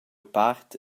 part